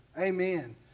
Amen